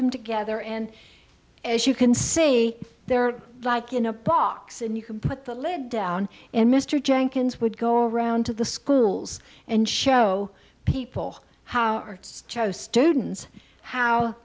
them together and as you can see they're like in a box and you could put the lid down and mr jenkins would go around to the schools and show people how are students how